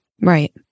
Right